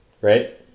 right